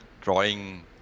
drawing